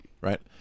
Right